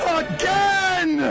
again